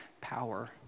power